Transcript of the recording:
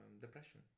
depression